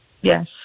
Yes